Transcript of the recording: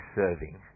serving